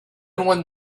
one